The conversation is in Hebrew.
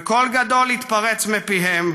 וקול גדול התפרץ מפיהם,